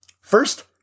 First